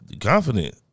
Confident